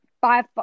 five